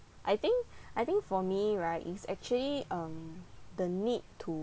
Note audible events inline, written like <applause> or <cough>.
I think <breath> I think for me right it's actually um the need to